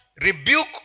rebuke